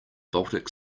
baltic